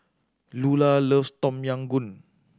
Lulah loves Tom Yam Goong